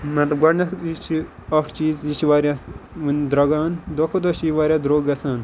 مَطلَب گۄڈنٮ۪تھ یہِ چھِ اَکھ چیٖز یہِ چھِ واریاہ درٛوگان دۄہ کھۄتہٕ دۄہ چھِ یہِ واریاہ درٛوگ گَژھان